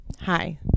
Hi